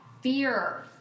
fear